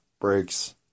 breaks